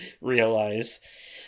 realize